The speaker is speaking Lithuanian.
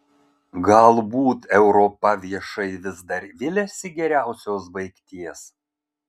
galbūt europa viešai vis dar viliasi geriausios baigties